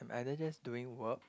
I'm either just doing work